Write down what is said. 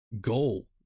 goal